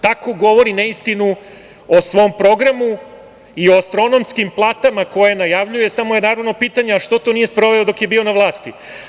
Tako govori neistinu o svom programu i o astronomskim platama koje najavljuje, samo je naravno pitanje što to nije sproveo dok je bio na vlasti?